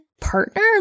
partner